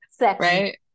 right